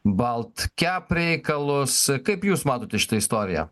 baltkep reikalus kaip jūs matote šitą istoriją